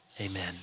Amen